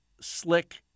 slick